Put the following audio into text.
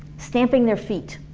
stamping their feet